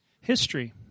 History